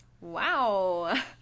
Wow